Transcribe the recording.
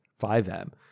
5M